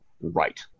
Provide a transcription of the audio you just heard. right